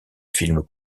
films